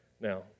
Now